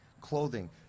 clothing